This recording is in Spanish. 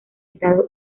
estados